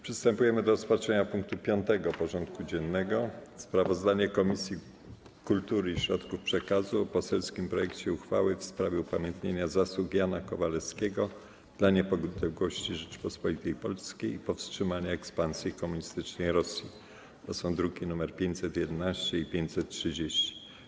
Przystępujemy do rozpatrzenia punktu 5. porządku dziennego: Sprawozdanie Komisji Kultury i Środków Przekazu o poselskim projekcie uchwały w sprawie upamiętnienia zasług Jana Kowalewskiego dla niepodległości Rzeczypospolitej Polskiej i powstrzymania ekspansji komunistycznej Rosji (druki nr 511 i 530)